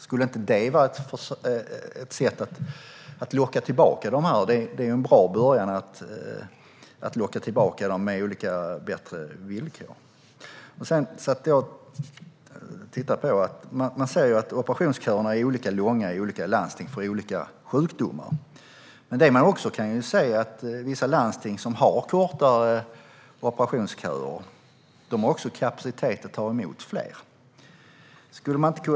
Skulle inte ett sätt kunna vara att locka tillbaka dem? En bra början vore bättre villkor. Man säger att operationsköerna är olika långa i olika landsting och för olika sjukdomar. Man kan dock se att vissa landsting har kortare operationsköer och kapacitet att ta emot fler.